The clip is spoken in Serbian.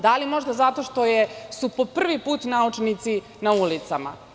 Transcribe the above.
Da li možda zato što su po prvi put naučnici na ulicama?